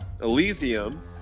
Elysium